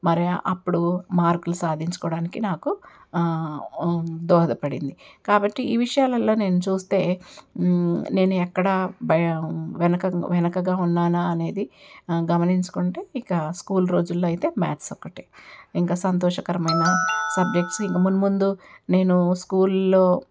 మరే అప్పుడు మార్కులు సాధించుకోవడానికి నాకు దోహదపడింది కాబట్టి ఈ విషయాలలో నేను చూస్తే నేను ఎక్కడ భయ వెనకగా వెనకగా ఉన్నానా అనేది గమనించుకుంటే ఇక స్కూల్ రోజుల్లో అయితే మ్యాథ్స్ ఒకటే ఇంకా సంతోషకరమైన సబ్జక్ట్స్ని ముందు ముందు నేను స్కూల్లో